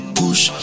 push